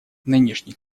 нынешний